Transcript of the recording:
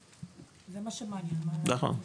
--- נכון.